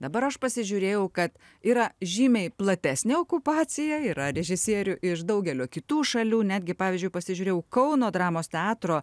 dabar aš pasižiūrėjau kad yra žymiai platesnė okupacija yra režisierių iš daugelio kitų šalių netgi pavyzdžiui pasižiūrėjau kauno dramos teatro